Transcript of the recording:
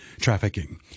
Trafficking